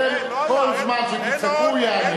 כל זמן שאתם תצעקו, הוא יענה.